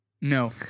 no